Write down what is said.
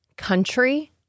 Country